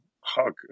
hug